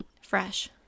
Fresh